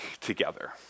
together